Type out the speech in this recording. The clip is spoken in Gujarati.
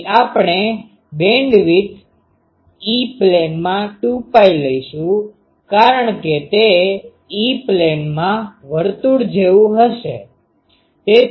તેથી આપણે બેન્ડવિડ્થ E પ્લેનમાં 2Π લઈશું કારણ કે તે E પ્લેનમાં વર્તુળ જેવું હશે